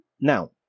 now